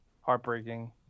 heartbreaking